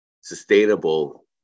sustainable